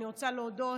אני רוצה להודות